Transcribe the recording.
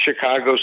Chicago